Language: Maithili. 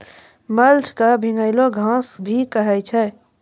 मल्च क भींगलो घास भी कहै छै